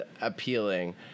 appealing